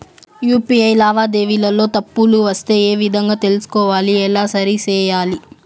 UPI లావాదేవీలలో తప్పులు వస్తే ఏ విధంగా తెలుసుకోవాలి? ఎలా సరిసేయాలి?